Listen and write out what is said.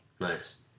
Nice